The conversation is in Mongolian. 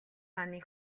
хааны